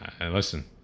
Listen